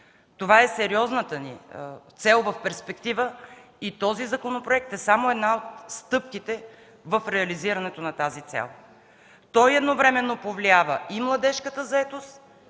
Това е сериозната ни цел в перспектива. Настоящият законопроект е само една от стъпките в реализирането на тази цел. Той едновременно повлиява и младежката заетост,